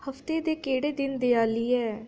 हफ्ते दे केह्ड़े दिन देआली ऐ